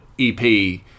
EP